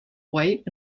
white